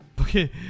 Okay